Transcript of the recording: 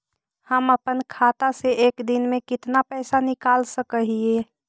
हम अपन खाता से एक दिन में कितना पैसा निकाल सक हिय?